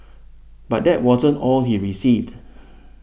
but that wasn't all he received